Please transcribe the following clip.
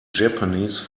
japanese